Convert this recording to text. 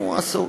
הוא עסוק.